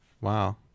Wow